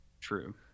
True